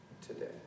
today